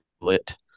lit